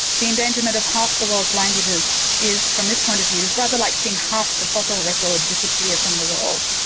the endangerment of half the world's languages is, from this point of view, rather like seeing half the fossil record disappear from the world.